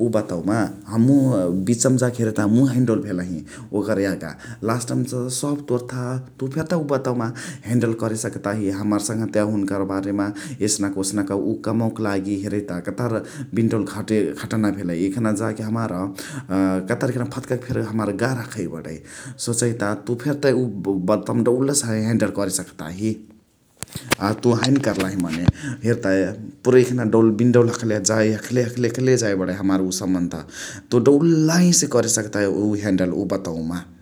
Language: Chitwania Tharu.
उ बतवमा अ मुइ बिचमा जाके हेरही ता मुइ हैने डौल भेलही ओकर यागा । लास्टमा सब तोर थाह तु फेरत उ बतवमा हेन्डल करे सकताही हमार सङहतियावा हुनुकर बारेमा एसन्क ओसनक उ कमवक लागी हेरही ता कतहर बिन्डौल घाटए घटना भेलइ । एखना जाके हमार अ कतहर फदकके फेरी हमार गार्ह हखै बणही सोचहिता तुइ फेरी त उ बतवमा डौलसे हेन्डल करे सक्ताही । अ तुइ हैने कर्लाही मने हेरता एखना पुरै बिनडौल हखले जाइ हखले हखले जाइ बणै हमार उ समान्ध तुइ दौलाहिसे करे सक्ताही उ हेन्डल उ बतवमा ।